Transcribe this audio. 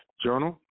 Journal